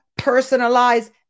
personalize